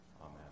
Amen